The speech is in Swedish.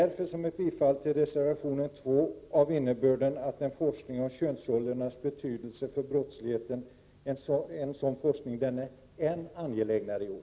Reservation 2 handlar om forskning om könsrollernas betydelse för brottsligheten, och sådan forskning är än mer angelägen i år.